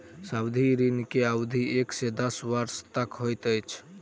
सावधि ऋण के अवधि एक से दस वर्ष तक होइत अछि